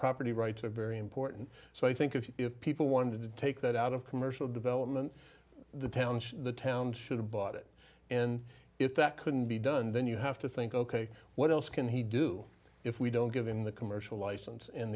property rights are very important so i think if people wanted to take that out of commercial development the town the town should have bought it and if that couldn't be done then you have to think ok what else can he do if we don't give him the commercial license and